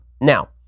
Now